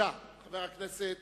חבר הכנסת